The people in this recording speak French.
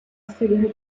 frédéric